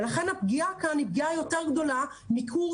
ולכן הפגיעה כאן היא פגיעה יותר גדולה מקורס